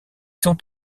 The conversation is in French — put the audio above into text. sont